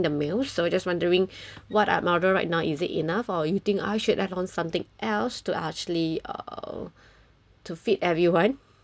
the meals so I just wondering what I'm order right now is it enough or you think I should add on something else to actually uh to feed everyone